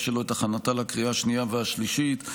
שלו את הכנתה לקריאה השנייה והשלישית.